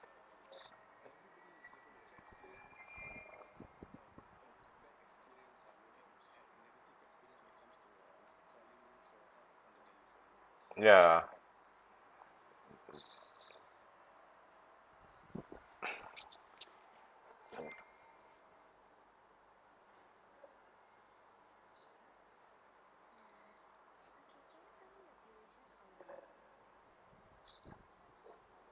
ya